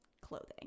clothing